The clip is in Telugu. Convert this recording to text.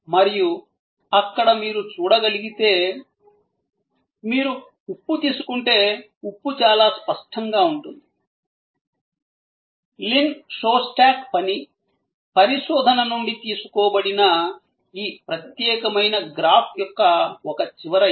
మరియు అక్కడ మీరు చూడగలిగితే మీరు ఉప్పు తీసుకుంటే ఉప్పు చాలా స్పష్టంగా ఉంటుంది లిన్ షోస్టాక్ పని పరిశోధన నుండి తీసుకోబడిన ఈ ప్రత్యేకమైన గ్రాఫ్ యొక్క ఒక చివర ఇది